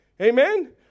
Amen